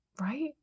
right